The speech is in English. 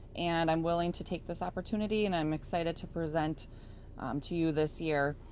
and i'm willing to take this opportunity, and i'm excited to present to you this year.